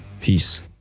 Peace